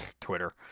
Twitter